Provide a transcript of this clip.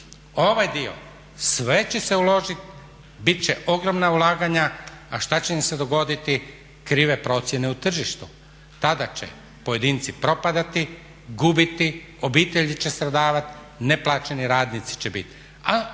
Ovaj dio sve će se uložiti bit će ogromna ulaganja, a šta će im se dogoditi krive procjene u tržištu. Tada će pojedinci propadati, gubiti, obitelji će stradavati, neplaćeni radnici će bit,